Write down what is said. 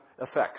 Effects